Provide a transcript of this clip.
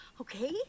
okay